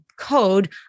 code